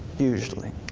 usually?